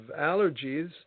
allergies